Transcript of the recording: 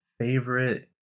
Favorite